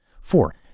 Four